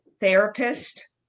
therapist